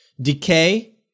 Decay